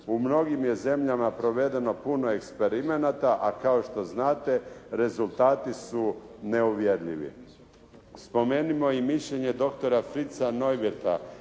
U mnogim je zemljama provedeno puno eksperimenata a kao što znate rezultati su neuvjerljivi.» Spomenimo i mišljenje doktora Fritza Neuwürtha,